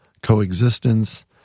coexistence